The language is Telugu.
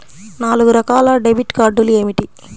నాలుగు రకాల డెబిట్ కార్డులు ఏమిటి?